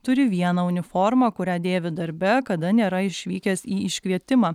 turi vieną uniformą kurią dėvi darbe kada nėra išvykęs į iškvietimą